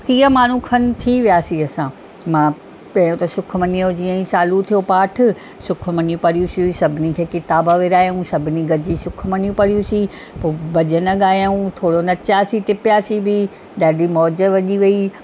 टीह माण्हू खनि थी वियासीं असां मां पहिरियों त सुखमनीअ जो जीअं ई चालू थी वियो पाठु सुखमनी पढ़ियूंसीं सभिनी खे किताब विरिहायूं सभिनी गॾिजी सुखमनियूं पढ़ियूंसीं पोइ भॼन ॻायूं थोरो नचियासीं टिपियासीं बि ॾाढी मौज वॼी वेई